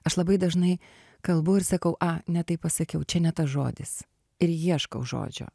aš labai dažnai kalbu ir sakau a ne taip pasakiau čia ne tas žodis ir ieškau žodžio